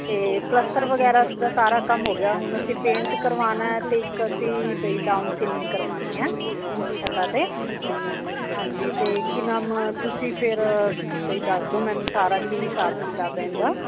ਤੇ ਪਲਸਤਰ ਵਗੈਰਾ ਦਾ ਸਾਰਾ ਕੰਮ ਹੋ ਗਿਆ ਹੁਣ ਅਸੀਂ ਪੇਂਟ ਕਰਵਾਨਾ ਐ ਤੇ ਇੱਕ ਅਸੀਂ ਵਈ ਡਾਊਨ ਸੀਲਿੰਗ ਕਰਵਾਨੀ ਐ ਛੱਤਾਂ ਤੇ ਹਾਂਜੀ ਤੇ ਕੀ ਨਾਮ ਤੁਸੀਂ ਫੇਰ ਵਈ ਦੱਸ ਦੋ ਮੈਨੂੰ ਸਾਰਾ ਕੀ ਸਾਬ ਕਿਤਾਬ ਐ ਇਨ ਦਾ